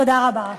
תודה רבה.